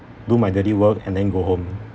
do my daily work and then go home